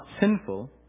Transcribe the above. sinful